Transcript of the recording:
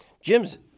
Jim's